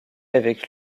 avec